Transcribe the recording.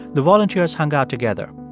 the volunteers hung out together.